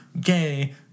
gay